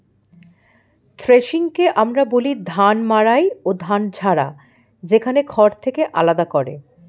থ্রেশিংকে আমরা বলি ধান মাড়াই ও ধান ঝাড়া, যেখানে খড় থেকে আলাদা করে